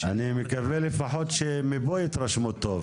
אני מקווה שלפחות מכאן יתרשמו טוב.